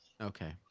Okay